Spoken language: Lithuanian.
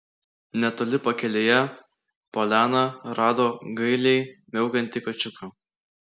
netoli pakelėje poliana rado gailiai miaukiantį kačiuką